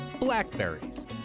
blackberries